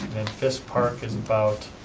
this park is about